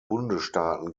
bundesstaaten